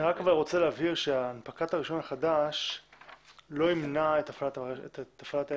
אני רוצה להבהיר שהנפקת הרישיון החדש לא ימנע את הפעלת העסק.